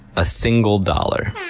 a single dollar.